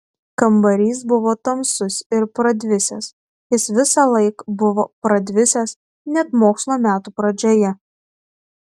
kambarys buvo tamsus ir pradvisęs jis visąlaik buvo pradvisęs net mokslo metų pradžioje